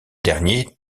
dernier